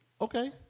okay